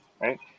right